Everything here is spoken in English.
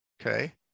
Okay